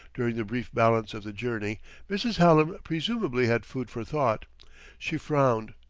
during the brief balance of the journey mrs. hallam presumably had food for thought she frowned,